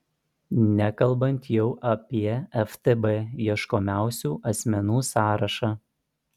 nekalbant jau apie ftb ieškomiausių asmenų sąrašą